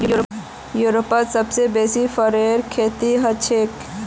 यूरोपत सबसे बेसी फरेर खेती हछेक